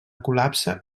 col·lapse